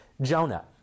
Jonah